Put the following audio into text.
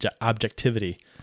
objectivity